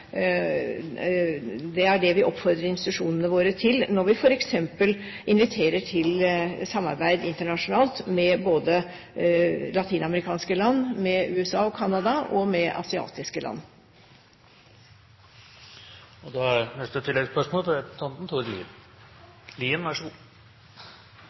Det er det vi oppfordrer institusjonene våre til når vi f.eks. inviterer til samarbeid internasjonalt med latinamerikanske land, med USA og Canada og med asiatiske land.